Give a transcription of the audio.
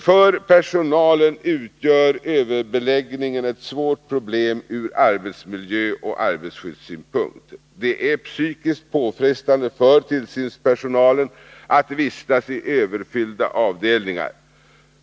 För personalen utgör överbeläggningen ett svårt problem från arbetsmiljö 7 och arbetsskyddssynpunkt. Det är psykiskt påfrestande för tillsynspersonalen att vistas i överfyllda avdelningar.